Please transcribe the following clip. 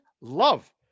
love